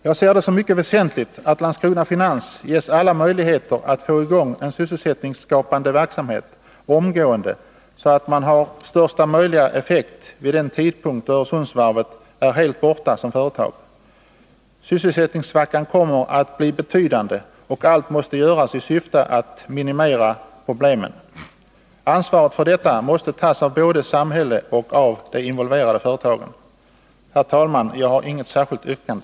Jag ser det som mycket väsentligt att Landskrona Finans ges alla möjligheter att få i gång en sysselsättningsskapande verksamhet omgående, så att man har största möjliga effekt vid den tidpunkt då Öresundsvarvet är helt borta som företag. Sysselsättningssvackan kommer att bli betydande, och allt måste göras i syfte att minimera problemen. Ansvaret för detta måste tas av både samhället och involverade företag. Herr talman! Jag har inget särskilt yrkande.